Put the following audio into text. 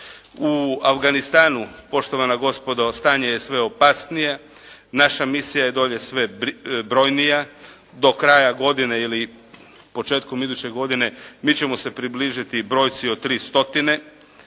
U Afganistanu, poštovana gospodo stanje je sve opasnije, naša misija je dolje sve brojnija, do kraja godine ili početkom iduće godine mi ćemo se približiti brojci od 300, bojim